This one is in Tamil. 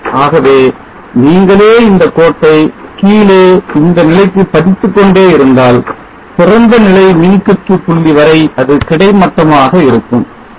ஆகவே நீங்களே இந்த கோட்டை கீழே இந்நிலைக்கு பதித்துக்கொண்டே இருந்தால் திறந்தநிலை மின்சுற்று புள்ளி வரை அது கிடைமட்டமாக இருக்கும